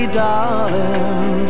darling